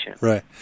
Right